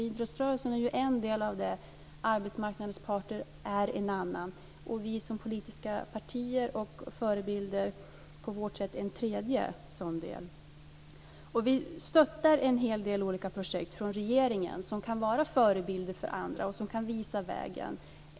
Idrottsrörelsen är en del av det, och arbetsmarknadens parter är en annan del. Vi som politiska partier och förebilder är på vårt sätt en tredje sådan del. Vi stöttar från regeringen en hel del olika projekt som kan vara förebilder för andra och som kan visa vägen.